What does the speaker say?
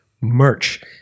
merch